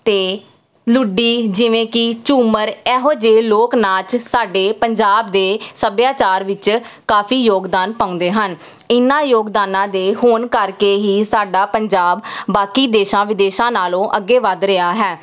ਅਤੇ ਲੁੱਡੀ ਜਿਵੇਂ ਕਿ ਝੂਮਰ ਇਹੋ ਜਿਹੇ ਲੋਕ ਨਾਚ ਸਾਡੇ ਪੰਜਾਬ ਦੇ ਸੱਭਿਆਚਾਰ ਵਿੱਚ ਕਾਫ਼ੀ ਯੋਗਦਾਨ ਪਾਉਂਦੇ ਹਨ ਇਹਨਾਂ ਯੋਗਦਾਨਾਂ ਦੇ ਹੋਣ ਕਰਕੇ ਹੀ ਸਾਡਾ ਪੰਜਾਬ ਬਾਕੀ ਦੇਸ਼ਾਂ ਵਿਦੇਸ਼ਾਂ ਨਾਲੋਂ ਅੱਗੇ ਵੱਧ ਰਿਹਾ ਹੈ